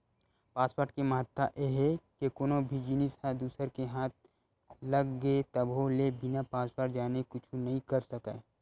password के महत्ता ए हे के कोनो भी जिनिस ह दूसर के हाथ लग गे तभो ले बिना पासवर्ड जाने कुछु नइ कर सकय